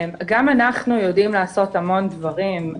גם אנחנו יודעים לעשות המון דברים.